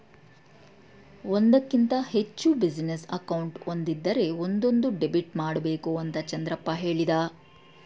ಒಂದಕ್ಕಿಂತ ಹೆಚ್ಚು business account ಒಂದಿದ್ದರೆ ಒಂದೊಂದು ಡೆಬಿಟ್ ಮಾಡಬೇಕು ಅಂತ ಚಂದ್ರಪ್ಪ ಹೇಳಿದ